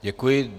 Děkuji.